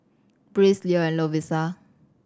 Breeze Leo and Lovisa